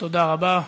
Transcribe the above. תודה רבה.